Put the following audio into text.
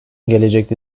gelecekte